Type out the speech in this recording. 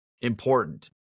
important